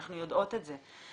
אנחנו יודעות את זה.